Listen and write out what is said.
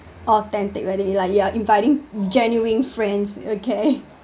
authentic whether you're like you're inviting genuine friends okay